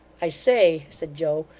i say said joe,